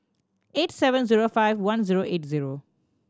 eight seven zero five one zero eight zero